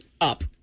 up